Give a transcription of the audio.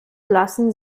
lassen